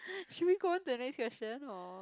should we go on to the next question or